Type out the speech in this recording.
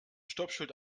stoppschild